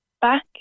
back